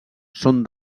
són